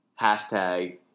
hashtag